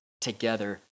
together